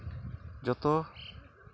ᱡᱚᱛᱚ